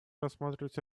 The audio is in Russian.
рассматривать